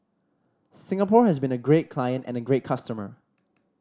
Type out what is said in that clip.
Singapore has been a great client and a great customer